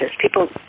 people